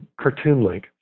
CartoonLink